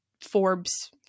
Forbes